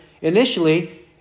initially